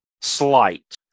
slight